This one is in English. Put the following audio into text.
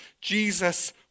Jesus